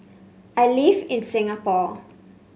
I live in Singapore